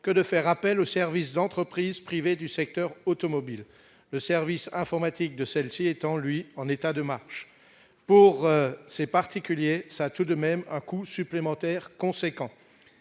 que de faire appel au service d'entreprises privées du secteur automobile, le service informatique de celle-ci étant lui en état de marche pour c'est particulier ça tout de même un coût supplémentaire conséquent